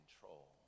control